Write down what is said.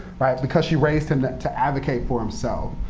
because she raised him to advocate for himself.